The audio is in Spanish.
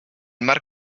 mar